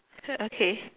okay